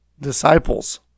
disciples